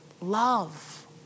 love